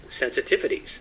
sensitivities